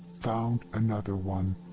found another one.